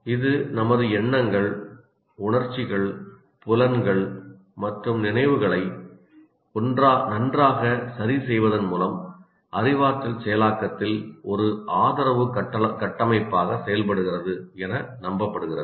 இது நமது எண்ணங்கள் உணர்ச்சிகள் புலன்கள் மற்றும் நினைவுகளை நன்றாக சரிசெய்வதன் மூலம் அறிவாற்றல் செயலாக்கத்தில் ஒரு ஆதரவு கட்டமைப்பாக செயல்படுகிறது என நம்பப்படுகிறது